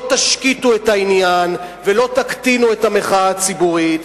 לא תשקיטו את העניין ולא תקטינו את המחאה הציבורית.